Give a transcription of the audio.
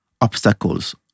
obstacles